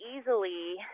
easily